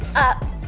up.